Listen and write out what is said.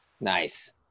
Nice